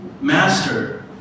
Master